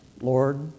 Lord